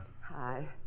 Hi